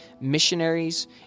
missionaries